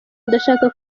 ndashaka